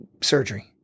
surgery